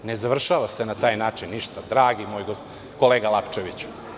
Ne završava se na taj način ništa, dragi moj kolega Lapčeviću.